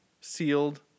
sealed